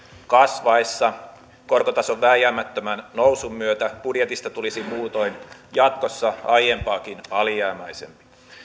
kasvaessa korkotason vääjäämättömän nousun myötä budjetista tulisi muutoin jatkossa aiempaakin alijäämäisempi